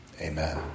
Amen